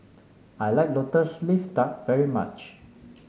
I like lotus leaf duck very much